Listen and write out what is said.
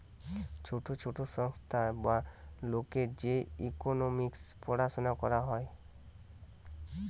ছোট ছোট সংস্থা বা লোকের যে ইকোনোমিক্স পড়াশুনা করা হয়